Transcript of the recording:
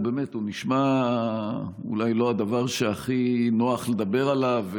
הוא נשמע אולי לא הדבר שהכי נוח לדבר עליו,